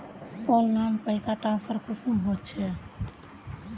Online पैसा transfer कुंसम होचे?